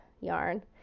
yarn